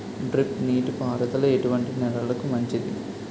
Drip నీటి పారుదల ఎటువంటి నెలలకు మంచిది?